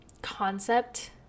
concept